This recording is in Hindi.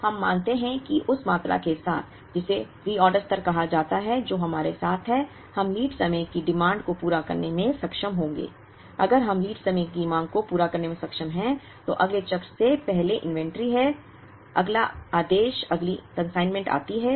अब हम मानते हैं कि उस मात्रा के साथ जिसे रीऑर्डर स्तर कहा जाता है जो हमारे साथ है हम लीड समय की मांग को पूरा करने में सक्षम होंगे अगर हम लीड समय की मांग को पूरा करने में सक्षम हैं तो अगले चक्र से पहले इन्वेंट्री है अगला आदेश अगली कंसाइनमेंट आती है